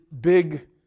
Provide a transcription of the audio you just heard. big